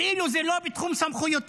כאילו זה לא בתחום סמכותו.